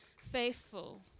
faithful